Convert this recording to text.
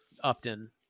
Upton